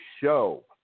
show